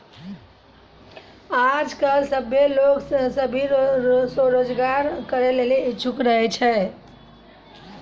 आय काइल सभ्भे लोग सनी स्वरोजगार करै लेली इच्छुक रहै छै